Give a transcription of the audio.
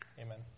Amen